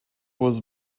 was